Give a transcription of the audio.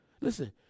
listen